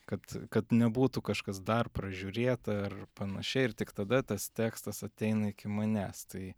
kad kad nebūtų kažkas dar pražiūrėta ar panašiai ir tik tada tas tekstas ateina iki manęs tai